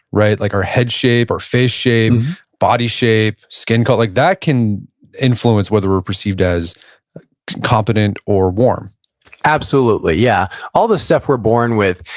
right? like our head shape, our face shape, body shape, skin color. that can influence whether we're perceived as competent or warm absolutely, yeah. all the stuff we're born with.